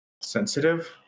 Sensitive